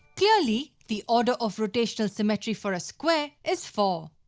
clearly, the order of rotational symmetry for a square is four.